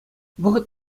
вӑхӑт